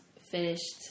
finished